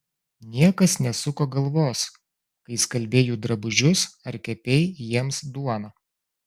niekas nesuko galvos kai skalbei jų drabužius ar kepei jiems duoną